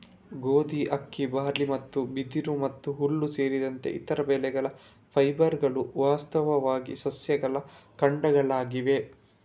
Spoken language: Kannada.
ಗೋಧಿ, ಅಕ್ಕಿ, ಬಾರ್ಲಿ ಮತ್ತು ಬಿದಿರು ಮತ್ತು ಹುಲ್ಲು ಸೇರಿದಂತೆ ಇತರ ಬೆಳೆಗಳ ಫೈಬರ್ಗಳು ವಾಸ್ತವವಾಗಿ ಸಸ್ಯಗಳ ಕಾಂಡಗಳಾಗಿವೆ